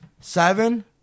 Seven